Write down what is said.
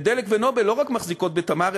ו"דלק" ו"נובל" לא רק מחזיקות ב"תמר",